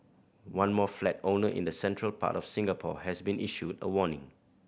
one more flat owner in the central part of Singapore has been issued a warning